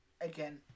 again